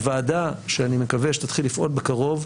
הוועדה שאני מקווה שתתחיל לפעול בקרוב,